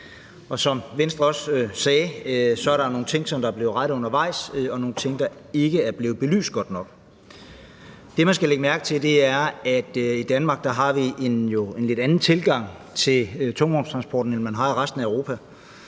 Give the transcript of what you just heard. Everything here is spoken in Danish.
for Venstre sagde, er der nogle ting, der er blevet rettet undervejs, og nogle ting, der ikke er blevet belyst godt nok. Det, man skal lægge mærke til, er, at vi i Danmark jo har en lidt anden tilgang til tungvognstransporten, end man har i resten af Europa.